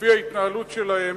לפי ההתנהלות שלהם,